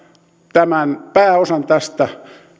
pääosan tästä